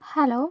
hello